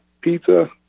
pizza